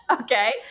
Okay